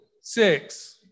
six